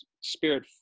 Spirit